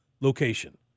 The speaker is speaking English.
location